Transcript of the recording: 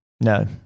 No